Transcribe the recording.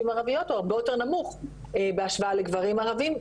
ערביות הוא הרבה יותר נמוך בהשוואה לגברים ערבים,